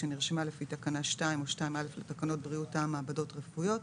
שנרשמה לפי תקנה 2 או 2א לתקנות בריאות העם (מעבדות רפואיות),